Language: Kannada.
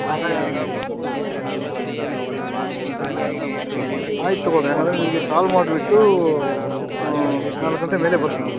ಹಾಂ ಆಯ ಆಯ್ತು ತಗೊಳ್ಳಿರಿ ಹಾಗಾದ್ರೆ ನಿಮಗೆ ಕಾಲ್ ಮಾಡಿಬಿಟ್ಟೂ ನಾಲ್ಕು ಗಂಟೆ ಮೇಲೆ ಬರುತ್ತೀನಿ